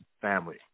family